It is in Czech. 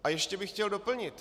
A ještě bych chtěl doplnit.